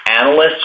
analysts